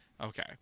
Okay